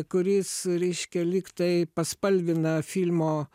kuris reiškia lygtai paspalvina filmo